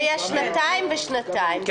זה יהיה שנתיים וזה יהיה שנתיים.